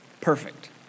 Perfect